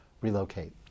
relocate